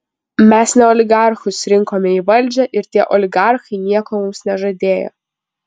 mes ne oligarchus rinkome į valdžią ir tie oligarchai nieko mums nežadėjo